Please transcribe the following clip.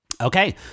Okay